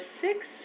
six